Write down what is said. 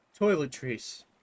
Toiletries